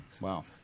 Wow